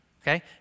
okay